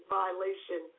violation